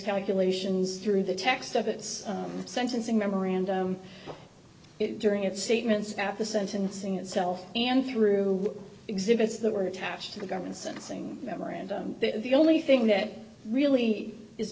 calculations through the text of its sentencing memorandum during its statements at the sentencing itself and through exhibits that were attached to the government's sentencing memorandum the only thing that really is